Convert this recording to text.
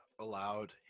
allowed